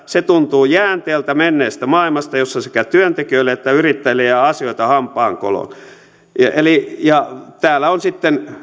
se tuntuu jäänteeltä menneestä maailmasta jossa sekä työntekijöille että yrittäjille jää asioita hampaankoloon ja täällä on sitten